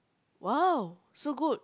!wow! so good